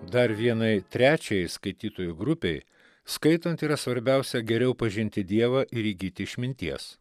dar vienai trečiąjai skaitytojų grupei skaitant yra svarbiausia geriau pažinti dievą ir įgyti išminties